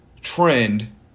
trend